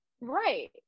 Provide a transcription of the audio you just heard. right